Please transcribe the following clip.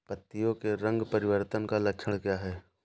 पत्तियों के रंग परिवर्तन का लक्षण क्या है?